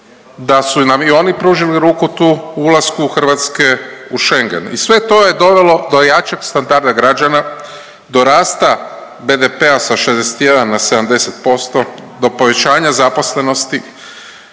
da su nam i oni pružili ruku tu u ulasku Hrvatske u Schengen i sve to je dovelo do jačeg standarda građana, do rasta BDP-a sa 61 na 70%, do povećanja zaposlenosti